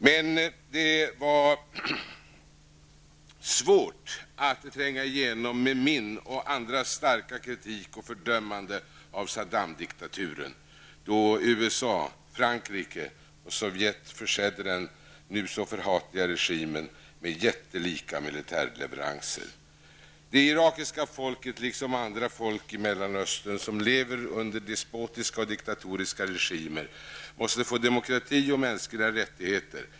Men det var svårt att tränga igenom med min och andras starka kritik och fördömande av Saddam-diktaturen, då USA, Frankrike och Sovjet försedde den nu så förhatliga regimen med jättelika militärleveranser. Det irakiska folket liksom andra folk i Mellanöstern som lever under despotiska och diktatoriska regimer måste få demokrati och mänskliga rättigheter.